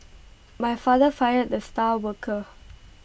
my father fired the star worker